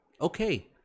Okay